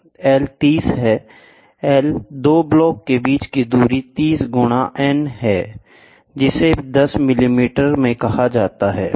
L 30 है L 2 block के बीच की दूरी 30 गुणा n है जिसे 10 मिलीमीटर में कहा जाता है